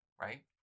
right